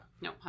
No